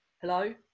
Hello